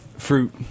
Fruit